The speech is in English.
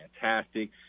fantastic